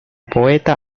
poeta